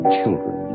Children